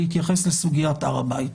להתייחס לסוגיית הר הבית.